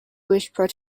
whispered